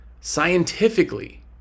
scientifically